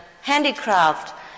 handicraft